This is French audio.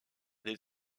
des